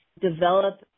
develop